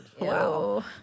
Wow